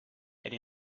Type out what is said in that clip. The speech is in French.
elle